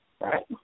right